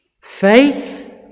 Faith